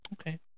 Okay